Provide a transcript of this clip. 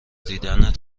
دیدنت